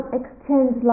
exchange